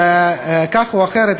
וכך או אחרת,